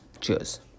Cheers